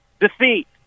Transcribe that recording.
defeat